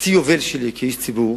בחצי היובל שלי כאיש ציבור,